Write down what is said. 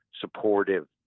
supportive